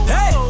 Hey